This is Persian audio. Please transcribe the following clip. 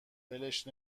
ولش